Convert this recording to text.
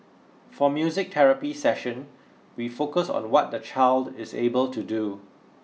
for music therapy session we focus on what the child is able to do